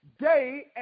day